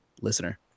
listener